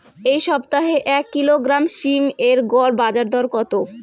এই সপ্তাহে এক কিলোগ্রাম সীম এর গড় বাজার দর কত?